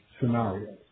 scenarios